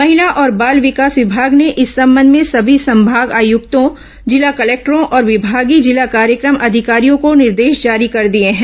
महिला और बाल विकास विभाग ने इस संबंध में सभी संभाग आयुक्तों जिला कलेक्टरों और विभागीय जिला कार्यक्रम अधिकारियों को निर्देश जारी कर दिए हैं